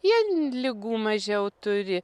jie ligų mažiau turi